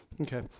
Okay